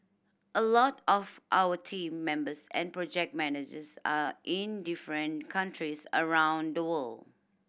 a lot of our team members and project managers are in different countries around the world